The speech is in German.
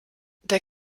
der